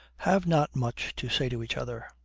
have not much to say to each other.